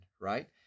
right